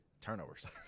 Turnovers